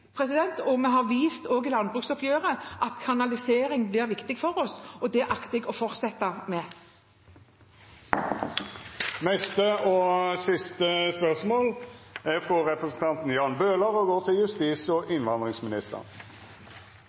og vi har vist, også i landbruksoppgjøret, at kanalisering blir viktig for oss, og det akter jeg å fortsette med. Jeg vil gjerne stille følgende spørsmål